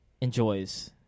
enjoys